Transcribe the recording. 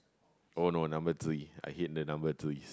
oh no number three I hate the number three